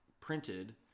printed